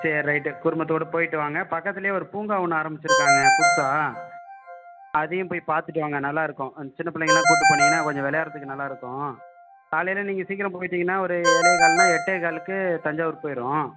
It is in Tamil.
சரி ரைட்டு குடும்பத்தோட போயிட்டு வாங்க பக்கத்துலேயே ஒரு பூங்கா ஒன்று ஆரம்பிச்சுருக்காங்க புதுசாக அதையும் போய் பார்த்துட்டு வாங்க நல்லாயிருக்கும் அந்த சின்னப்பிள்ளைங்களாம் கூட்டு போனீங்கனால் கொஞ்சம் விளையாட்டுறதுக்கு நல்லாயிருக்கும் காலையில் நீங்கள் சீக்கரம் போய்ட்டிங்கனால் ஒரு ஏழேகால்னா எட்டேகால்க்கு தஞ்சாவூர் போயிரும்